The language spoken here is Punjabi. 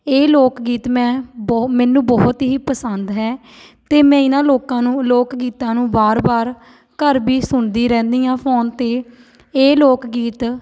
ਇਹ ਲੋਕ ਗੀਤ ਮੈਂ ਬਹੁ ਮੈਨੂੰ ਬਹੁਤ ਹੀ ਪਸੰਦ ਹੈ ਅਤੇ ਮੈਂ ਇਹਨਾਂ ਲੋਕਾਂ ਨੂੰ ਲੋਕ ਗੀਤਾਂ ਨੂੰ ਵਾਰ ਵਾਰ ਘਰ ਵੀ ਸੁਣਦੀ ਰਹਿੰਦੀ ਹਾਂ ਫ਼ੋਨ 'ਤੇ ਇਹ ਲੋਕ ਗੀਤ